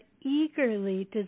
eagerly